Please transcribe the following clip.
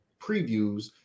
previews